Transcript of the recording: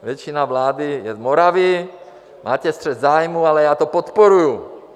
Většina vlády je z Moravy, máte střet zájmů, ale já to podporuji.